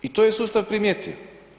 I to je sustav primijetio.